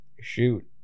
shoot